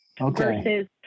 Okay